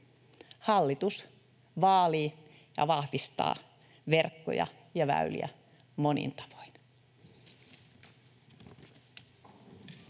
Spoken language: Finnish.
Hallitus vaalii ja vahvistaa verkkoja ja väyliä monin tavoin.